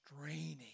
straining